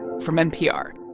from npr